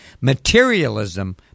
Materialism